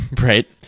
right